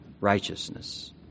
righteousness